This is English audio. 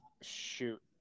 shoot